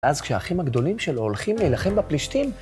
ואז כשהאחים הגדולים שלו הולכים להילחם בפלישתים,